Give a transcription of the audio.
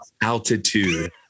altitude